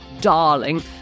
darling